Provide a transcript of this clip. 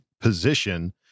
position